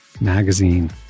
magazine